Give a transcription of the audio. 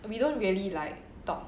we don't really like talk